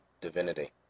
divinity